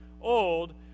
old